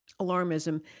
alarmism